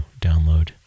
download